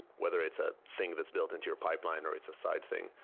whether it's a thing that's built into your pipeline or it's a side thing,